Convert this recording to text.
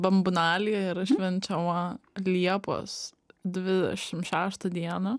bambunalija yra švenčiama liepos dvidešim šeštą dieną